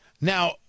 Now